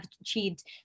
achieved